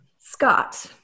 Scott